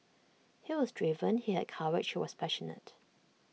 he was driven he had courage he was passionate